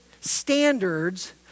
standards